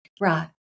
Right